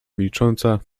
milcząca